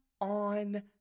on